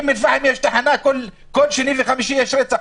באום אל פחם יש תחנה, בכל שני וחמישי יש רצח.